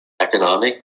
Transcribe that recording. economic